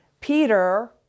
Peter